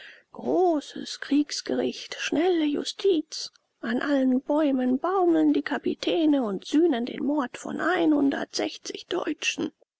großes kriegsgericht schnelle justiz an allen bäumen baumeln die kapitäne und sühnen den mord von deutschen